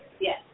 Yes